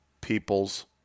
people's